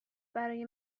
برای